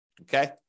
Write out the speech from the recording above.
okay